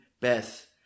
Beth